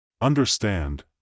Understand